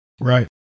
Right